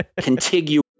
contiguous